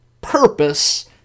purpose